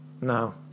No